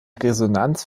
resonanz